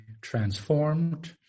transformed